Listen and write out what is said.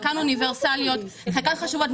חלקן אוניברסליות וחלקן חשובות,